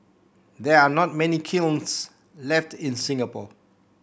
there are not many kilns left in Singapore